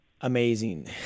amazing